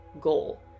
goal